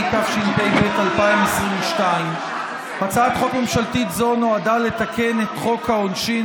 התשפ"ב 2022. הצעת חוק ממשלתית זו נועדה לתקן את חוק העונשין,